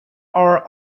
are